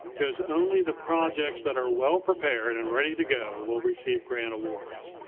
there's only the projects that are well-prepared and ready to go will receive grant awards.